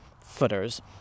footers